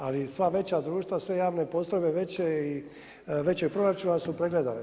Ali sva veća društva, sve javne postrojbe veće i većih proračuna su pregledane.